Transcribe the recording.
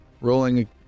Rolling